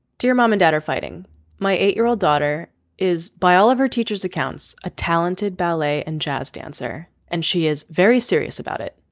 to your mom and dad are fighting my eight year old daughter is by all of her teacher's accounts a talented ballet and jazz dancer and she is very serious about it.